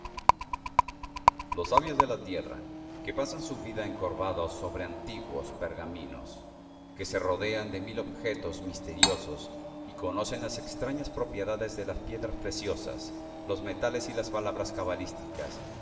los sabios de la tierra que pasan su vida encorvados sobre antiguos pergaminos que se rodean de mil objetos misteriosos y conocen las extrañas propiedades de las piedras preciosas los metales y las palabras cabalísticas